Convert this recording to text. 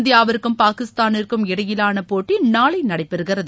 இந்தியாவிற்கும் பாகிஸ்தானிற்கும் இடையிலான போட்டி நாளை நடைபெறுகிறது